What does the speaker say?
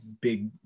big